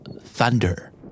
thunder